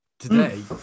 today